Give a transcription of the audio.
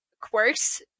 quirks